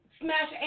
smash